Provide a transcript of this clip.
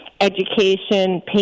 education